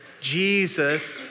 Jesus